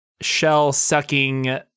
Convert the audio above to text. shell-sucking